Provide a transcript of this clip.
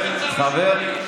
אתה השר המקשר בין הכנסת לממשלה.